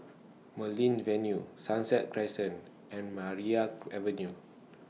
Marlene Avenue Sunset Crescent and Maria Avenue